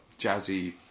jazzy